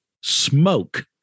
Smoke